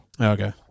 Okay